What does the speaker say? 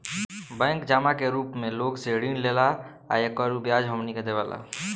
bank जमा के रूप मे लोग से ऋण लेला आ एकर उ ब्याज हमनी के देवेला